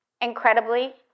Incredibly